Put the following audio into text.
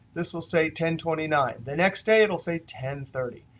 this will say ten twenty nine. the next day it will say ten thirty.